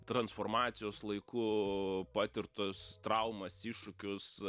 transformacijos laiku patirtus traumas iššūkius